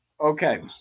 Okay